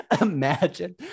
imagine